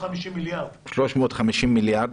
350 מיליארד שקל.